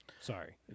Sorry